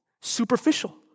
Superficial